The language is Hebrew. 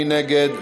מי נגד?